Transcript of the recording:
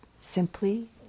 simply